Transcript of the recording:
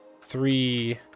three